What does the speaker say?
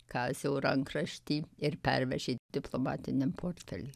kazio rankraštį ir pervežė diplomatiniam portfely